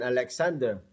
Alexander